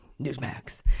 Newsmax